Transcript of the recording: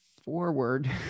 forward